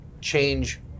change